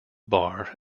bar